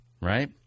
right